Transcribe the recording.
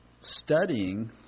studying